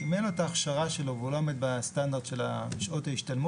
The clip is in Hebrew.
אם אין לו את ההכשרה שלו והוא לא עומד בסטנדרט של שעות ההשתלמות,